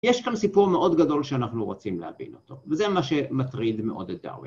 יש כאן סיפור מאוד גדול שאנחנו רוצים להבין אותו, וזה מה שמטריד מאוד את דאווי.